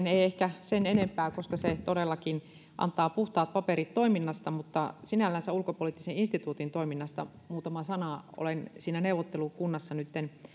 ei ehkä sen enempää koska se todellakin antaa puhtaat paperit toiminnasta mutta sinällänsä ulkopoliittisen instituutin toiminnasta muutama sana olen siinä neuvottelukunnassa nytten